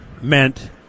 ...meant